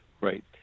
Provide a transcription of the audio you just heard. Right